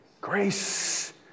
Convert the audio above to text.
Grace